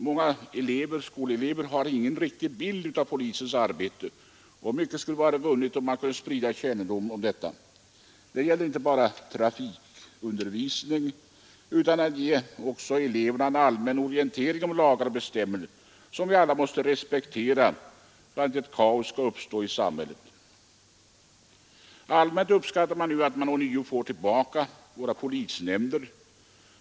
Många skolelever har ingen riktig bild av polisens arbete. Mycket vore vunnet om man kunde sprida kännedom om detta. Det gäller inte enbart trafikundervisningen, utan eleverna behöver också en allmän orientering om lagar och bestämmelser, som vi alla måste respektera för att inte kaos skall uppstå i samhället. Allmänt uppskattas att vi ånyo får tillbaka våra polisnämnder.